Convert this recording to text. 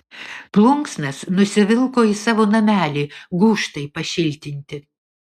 plunksnas nusivilko į savo namelį gūžtai pašiltinti